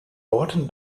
bottom